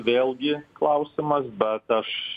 vėlgi klausimas bet aš